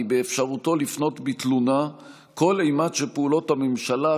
באפשרותו לפנות בתלונה כל אימת שפעולות הממשלה,